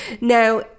Now